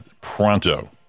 pronto